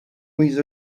with